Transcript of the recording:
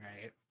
right